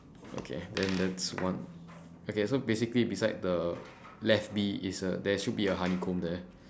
okay then that's one okay so basically beside the left bee is a there should be a honeycomb there